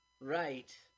Right